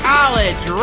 College